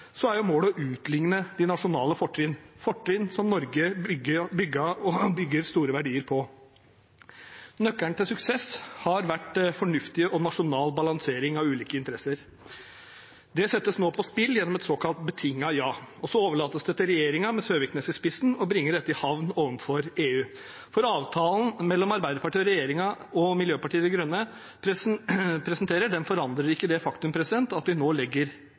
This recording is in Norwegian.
så overlates det til regjeringen, med Søviknes i spissen, å bringe dette i havn overfor EU, for avtalen mellom Arbeiderpartiet, regjeringen og Miljøpartiet De Grønne forandrer ikke det faktum at vi nå legger